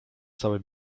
całe